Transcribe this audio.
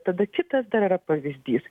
tada kitas dar yra pavyzdys